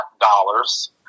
dollars